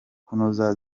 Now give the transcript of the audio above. kunoza